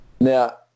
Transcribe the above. Now